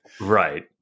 right